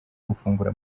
gufungura